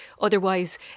otherwise